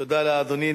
תודה לאדוני.